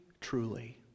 truly